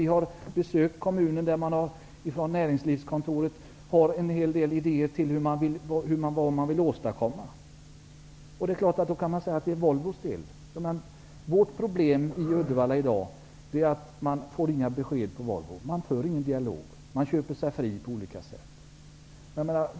Vi har besökt kommunen, vars näringslivskontor har en hel del sådana idéer. Visst kan man säga att det är Volvos bord, men vårt problem i Uddevalla i dag är att vi inte får några besked från Volvo. Det förs ingen dialog. Man köper sig fri på olika sätt.